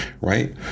right